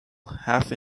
half